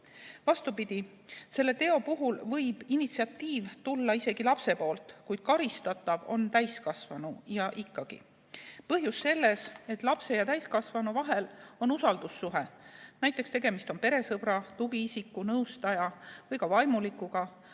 Vastupidi, selle teo puhul võib initsiatiiv tulla isegi lapse poolt, kuid karistatav on täiskasvanu. Põhjus on ikkagi selles, et lapse ja täiskasvanu vahel on usaldussuhe, näiteks on tegemist peresõbra, tugiisiku, nõustaja või ka vaimulikuga,